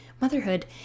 motherhood